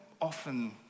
often